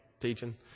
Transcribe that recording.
teaching